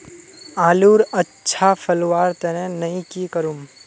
आलूर अच्छा फलवार तने नई की करूम?